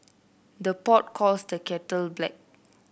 the pot calls the kettle black